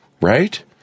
Right